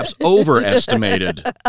overestimated